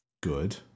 Good